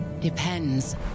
depends